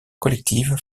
collective